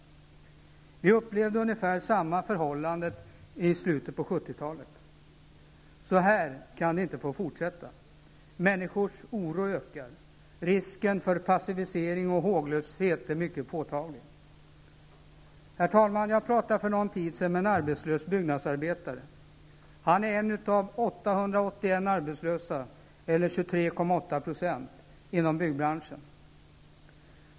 Vi upplevde ungefär samma förhållanden under slutet av 70-talet. Så här kan det inte få fortsätta. Människors oro ökar. Risken för passivisering och håglöshet är mycket påtaglig. Herr talman! Jag talade för någon tid sedan med en arbetslös byggnadsarbetare. Han är en av 881 arbetslösa, eller 23.8 %, inom byggbranschen.